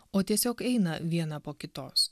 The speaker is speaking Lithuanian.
o tiesiog eina viena po kitos